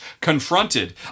confronted